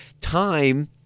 time